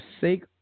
sake